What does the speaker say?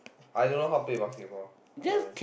I don't know how play basketball sorry